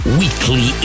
weekly